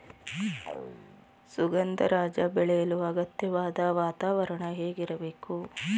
ಸುಗಂಧರಾಜ ಬೆಳೆಯಲು ಅಗತ್ಯವಾದ ವಾತಾವರಣ ಹೇಗಿರಬೇಕು?